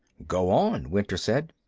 go on, winter said.